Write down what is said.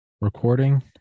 recording